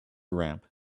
ramp